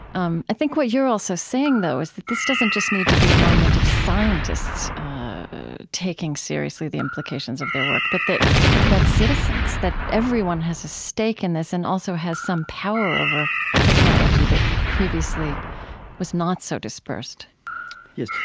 um i think what you're also saying though is that this doesn't just need to be a moment of scientists taking seriously the implications of their work, but that that citizens, that everyone has a stake in this and also has some power over technology that previously was not so dispersed yes.